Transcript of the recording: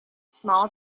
small